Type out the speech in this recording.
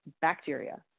bacteria